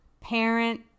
parent